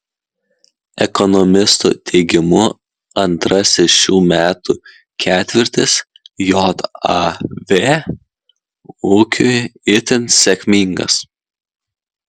ekonomistų teigimu antrasis šių metų ketvirtis jav ūkiui itin sėkmingas